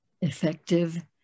effective